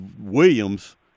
Williams